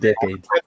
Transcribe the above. decade